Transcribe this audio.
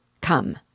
Come